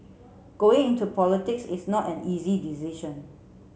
going into politics is not an easy decision